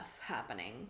happening